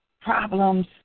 problems